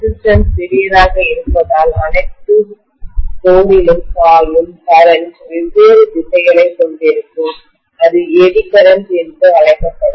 ரெசிஸ்டன்ஸ்சிறியதாக இருப்பதால் அனைத்து மையங்களிலும் கோரிலும்பாயும் கரண்ட்மின்னோட்டத்தின் வெவ்வேறு திசைகளைக் கொண்டிருக்கும் அது எடி கரண்ட் என்று அழைக்கப்படும்